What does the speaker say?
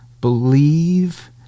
Believe